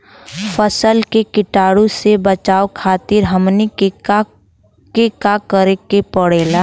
फसल के कीटाणु से बचावे खातिर हमनी के का करे के पड़ेला?